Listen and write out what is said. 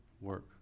work